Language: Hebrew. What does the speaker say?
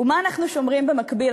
ומה אנחנו שומעים במקביל?